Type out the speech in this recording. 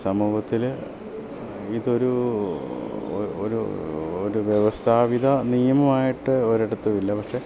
സമൂഹത്തിൽ ഇതൊരു ഒരു ഒരു വ്യവസ്ഥാവിത നിയമമായിട്ട് ഒരിടത്തും ഇല്ല പക്ഷേ